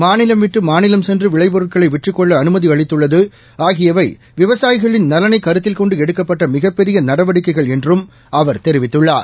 மாநிலம் விட்டுமாநிலம் சென்றுவிளைபொருட்களைவிற்றுக் கொள்ள அமைதி அளித்துள்ளது ஆகியவைவிவசாயிகளின் நலனைகருத்தில் கொண்டுளடுக்கப்பட்ட மிகப் பெரியநடவடிக்கைகள் என்றும் அவர் தெரிவித்துள்ளார்